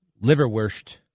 Liverwurst